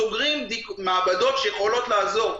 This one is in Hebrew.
סוגרים מעבדות שיכולות לעזור,